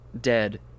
dead